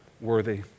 worthy